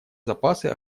запасы